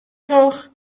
troch